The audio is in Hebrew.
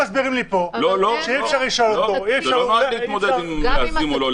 לא, זה לא נועד להתמודד רק עם להזים.